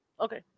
Okay